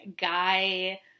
guy